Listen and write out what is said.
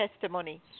testimony